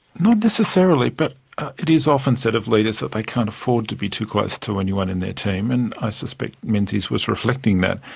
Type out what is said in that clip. not necessarily but it is often said of leaders that they can't afford to be too close to anyone in their team and i suspect menzies was reflecting that.